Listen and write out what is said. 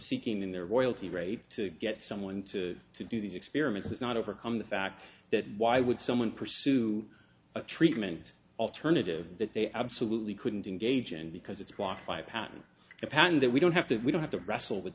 seeking in their oil t rate to get someone to to do the experiments is not overcome the fact that why would someone pursue a treatment alternative that they absolutely couldn't engage in because it's walked by a patent patent that we don't have to we don't have to wrestle with